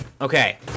okay